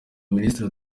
minisitiri